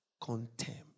Contempt